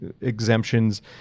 exemptions